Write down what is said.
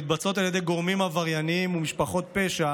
שמתבצעות על ידי גורמים עברייניים ומשפחות פשע